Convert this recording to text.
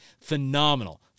phenomenal